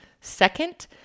Second